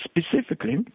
specifically